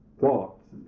thoughts